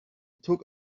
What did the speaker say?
took